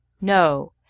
No